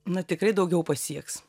na tikrai daugiau pasieks